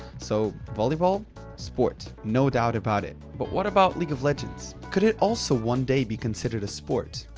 so volleyball sports no doubt about it, but what about league of legends? could it also one day be considered a sport?